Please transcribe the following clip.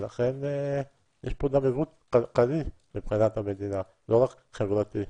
ולכן, יש פה גם עיוות כלכלי למדינה, לא רק חברתי,